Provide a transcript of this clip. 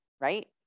right